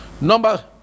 Number